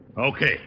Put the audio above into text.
Okay